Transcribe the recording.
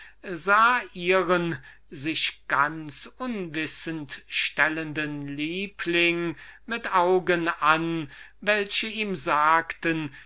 ihren sich ganz unwissend stellenden liebling mit augen an welche ihm sagten